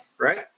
right